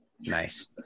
nice